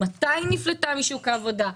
מתי היא נפלטה משוק העבודה,